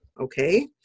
Okay